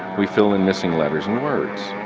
we fill in missing letters and words,